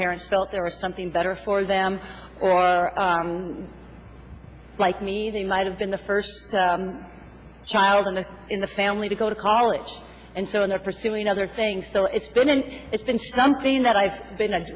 parents felt there was something better for them or like me they might have been the first child in the in the family to go to college and so on that pursuing other things so it's been it's been something that i've been